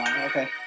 Okay